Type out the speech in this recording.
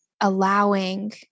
allowing